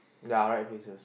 ya right faces